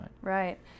Right